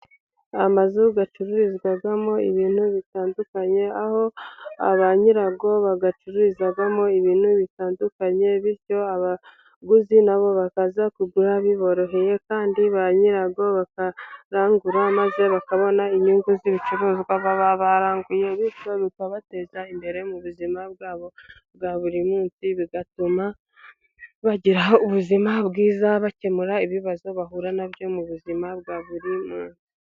Amazu acururizwamo ibintu bitandukanye, aho ba nyirayo bayacururizamo ibintu bitandukanye bityo abaguzi na bo bakaza kugura biboroheye, kandi ba nyirayo bakarangura maze bakabona inyungu z'ibicuruzwa baba baranguye, bityo bikabateza imbere mu buzima bwabo bwa buri munsi, bigatuma bagira ubuzima bwiza, bakemura ibibazo bahura na byo mu buzima bwa buri munsi.